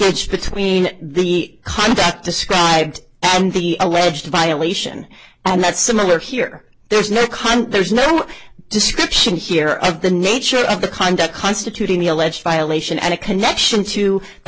it's between the kind that described and the alleged violation and that's similar here there's no crime there's no description here of the nature of the conduct constituting the alleged violation and a connection to the